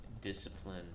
discipline